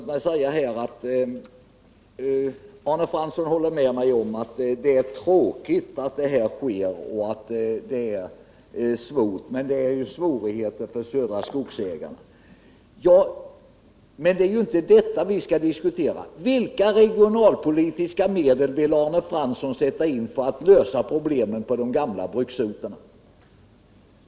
Herr talman! Arne Fransson håller med mig om att det är tråkigt med företagsnedläggelser och att det uppstår svårigheter. Det är svårigheter som också drabbar Södra skogsägarna. Men det är inte det vi skall diskutera här. Vilka regionalpolitiska medel vill Arne Fransson sätta in för att lösa problemen på de gamla bruksorterna?